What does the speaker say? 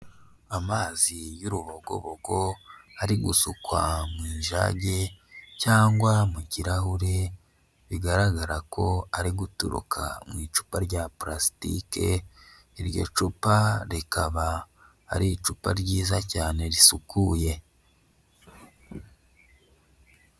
Amazi y'uruhogobogo, ari gusukwa mu ijage cyangwa mu kirahure, bigaragara ko ari guturuka mu icupa rya purastike, iryo cupa rikaba ari icupa ryiza cyane risukuye.